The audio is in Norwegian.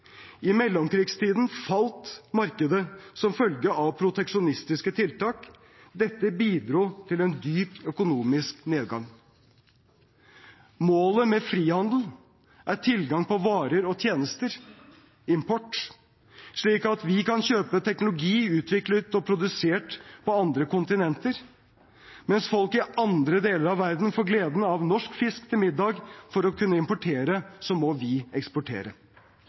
i konflikt. I mellomkrigstiden falt markedet som følge av proteksjonistiske tiltak. Dette bidro til en dyp økonomisk nedgang. Målet med frihandel er tilgang på varer og tjenester: import slik at vi kan kjøpe teknologi utviklet og produsert på andre kontinenter, mens folk i andre deler av verden får gleden av norsk fisk til middag. For å kunne importere må vi eksportere.